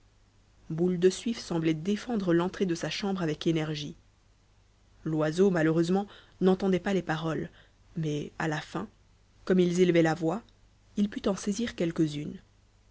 boule de suif semblait défendre l'entrée de sa chambre avec énergie loiseau malheureusement n'entendait pas les paroles mais à la fin comme ils élevaient la voix il put en saisir quelques-unes